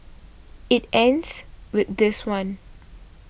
it ends with this one